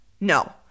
no